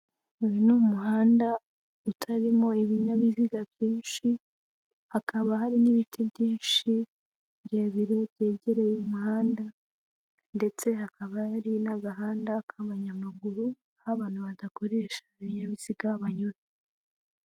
Uyu ni umuhanda utarimo ibinyabiziga byinshi, hakaba hari n'ibiti byinshi birebire byegereye umuhanda. Ndetse hakaba hari n'agahanda k'abanyamaguru aho abantu badakoresha ibinyabiziga banyura.